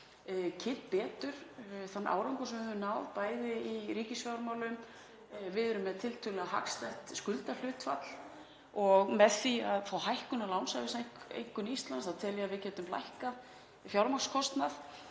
kynnt betur þann árangur sem við höfum náð í ríkisfjármálum. Við erum með tiltölulega hagstætt skuldahlutfall og með því að fá hækkun á lánshæfiseinkunn Íslands þá tel ég að við getum lækkað fjármagnskostnað.